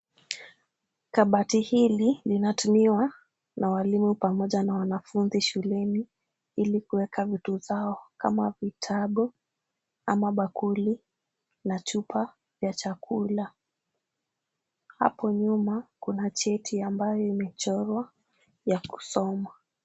Kabati hili linatumiwa na walimu pamoja na wanafunzi shuleni, ili kuweka vitu zao kama vitabu ama bakuli na chupa ya chakula. Hapo nyuma kuna cheti ambayo imechorwa ya kusoma.